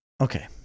okay